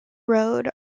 road